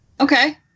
Okay